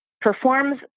performs